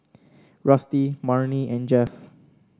Rusty Marnie and Jeff